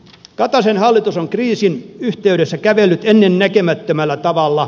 kataisen hallitus on kriisin yhteydessä kävellyt ennennäkemättömällä tavalla